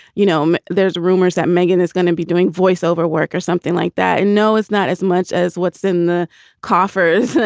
you know, um there's rumors that megan is going to be doing voiceover work or something like that. and no, it's not as much as what's in the coffers.